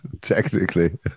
Technically